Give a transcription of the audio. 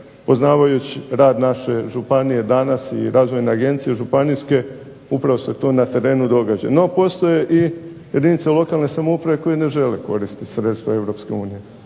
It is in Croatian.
poznavajući rad naše županije danas i razvojne agencije županijske upravo se to na terenu događa. No, postoje i jedinice lokalne samouprave koje ne žele koristiti sredstva EU,